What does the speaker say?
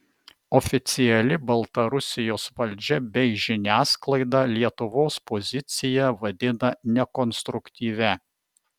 oficiali baltarusijos valdžia bei žiniasklaida lietuvos poziciją vadina nekonstruktyvia